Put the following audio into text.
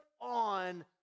on